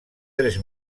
tres